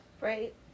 Right